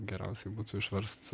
geriausiai būtų išverst